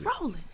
rolling